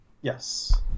Yes